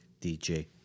dj